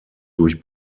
durch